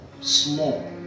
small